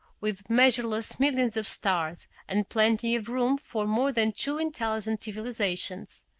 with measureless millions of stars, and plenty of room for more than two intelligent civilizations.